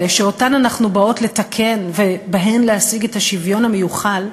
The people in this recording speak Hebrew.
האלה שאותן אנחנו באות לתקן ובהן להשיג את השוויון המיוחל,